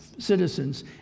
citizens